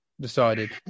Decided